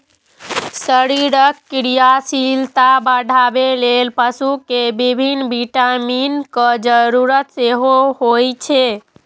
शरीरक क्रियाशीलता बढ़ाबै लेल पशु कें विभिन्न विटामिनक जरूरत सेहो होइ छै